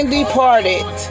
departed